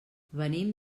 venim